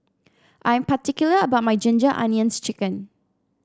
I am particular about my Ginger Onions chicken